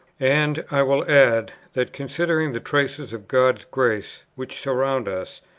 and i will add, that, considering the traces of god's grace which surround us,